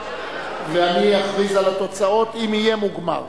אני אכריז על התוצאות אם יהיה מוגמר.